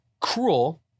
cruel